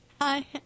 Hi